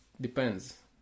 depends